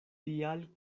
tial